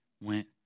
went